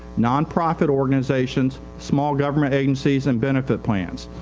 non-profit organizations, small government agencies and benefits plans.